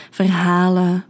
verhalen